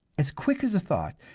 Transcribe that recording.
as quick as thought,